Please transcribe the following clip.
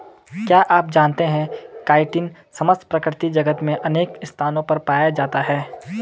क्या आप जानते है काइटिन समस्त प्रकृति जगत में अनेक स्थानों पर पाया जाता है?